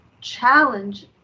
challenge